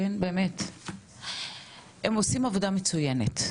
באמת, הם עושים עבודה מצוינת,